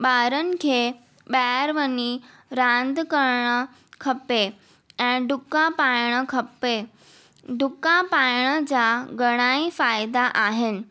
ॿारनि खे ॿाहिरि वञी रंदि करणु खपे ऐं डुका पाइणु खपे डुकां पाइण सां घणा ई फ़ाइदा आहिनि